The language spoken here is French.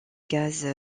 gaz